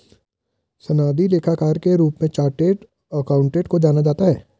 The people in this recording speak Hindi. सनदी लेखाकार के रूप में चार्टेड अकाउंटेंट को जाना जाता है